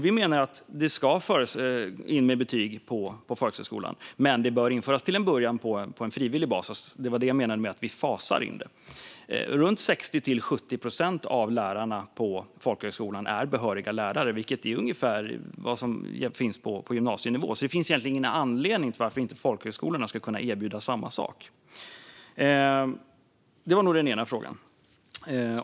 Vi menar att betyg ska införas på folkhögskolan, men de bör till en början införas på frivillig basis. Det var det jag menade med att vi vill fasa in det. Runt 60-70 procent av lärarna på folkhögskolan är behöriga lärare. Det är ungefär vad som finns på gymnasienivå, så det finns egentligen ingen anledning till att folkhögskolorna inte ska kunna erbjuda samma sak. Det var den ena frågan.